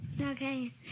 Okay